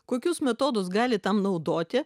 kokius metodus gali tam naudoti